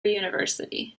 university